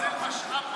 זה משאב,